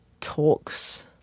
talks